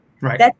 Right